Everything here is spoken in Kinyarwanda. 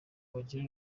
bagira